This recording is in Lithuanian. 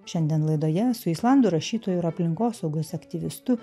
šiandien laidoje su islandų rašytoju ir aplinkosaugos aktyvistu